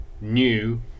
new